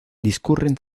discurren